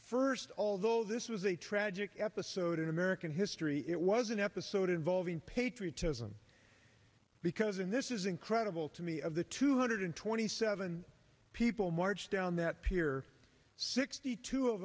first although this was a tragic episode in american history it was an episode involving patriotism because and this is incredible to me of the two hundred twenty seven people marched down that pier sixty two of